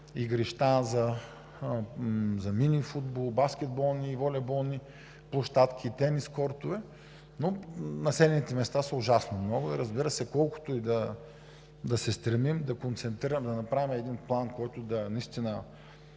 игрища за мини футбол, баскетболни, волейболни площадки, тенис кортове, но населените места са ужасно много. Разбира се, колкото и да се стремим да концентрираме, да направим един план, който наистина